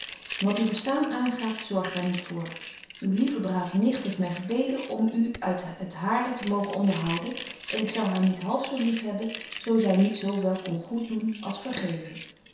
wat uw bestaan aangaat zorg daar niet voor uw lieve brave nicht heeft my gebeden om u uit het hare te mogen onderhouden en ik zou haar niet half zo lief hebben zo zy niet zo wel kon goed doen als vergeven